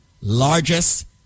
largest